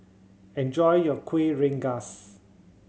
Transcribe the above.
enjoy your Kueh Rengas